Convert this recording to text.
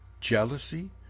jealousy